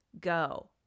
go